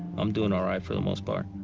i'm doing alright for the most part.